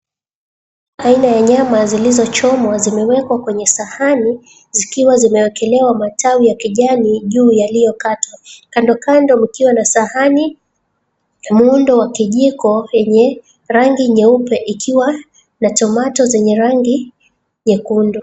Aina ya nyama zilizochomwa zimewekwa kwenye sahani zikiwa zimewekelewa matawi ya kijani juu yaliyokatwa. Kandokando mkiwa na sahani muundo wa kijiko yenye rangi nyeupe ikiwa na tomato zenye rangi nyekundu.